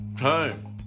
time